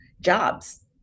jobs